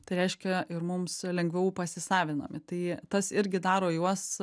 tai reiškia ir mums lengviau pasisavinami tai tas irgi daro juos